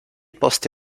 posti